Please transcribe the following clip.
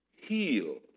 Heal